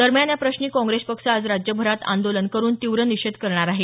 दरम्यान या प्रश्नी काँग्रेस पक्ष आज राज्यभरात आंदोलन करुन तीव्र निषेध करणार आहे